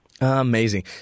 Amazing